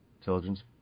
Intelligence